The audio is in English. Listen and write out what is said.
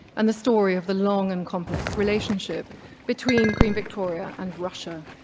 and the story of the long and complex relationship between queen victoria and russia.